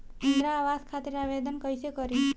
इंद्रा आवास खातिर आवेदन कइसे करि?